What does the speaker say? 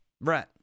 Right